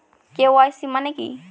KYC মানে কি?